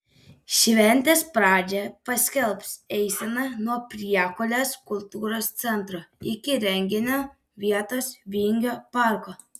šventės pradžią paskelbs eisena nuo priekulės kultūros centro iki renginio vietos vingio parko